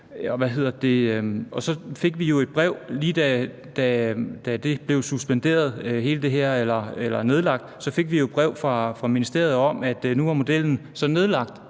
Lige da hele det her blev suspenderet eller nedlagt, fik vi jo et brev fra ministeriet om, at nu var modellen så nedlagt,